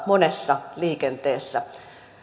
monessa liikenteessä